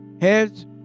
heads